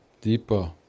deeper